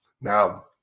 Now